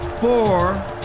four